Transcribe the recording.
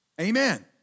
Amen